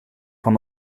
van